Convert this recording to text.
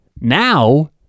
Now